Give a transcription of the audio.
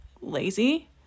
lazy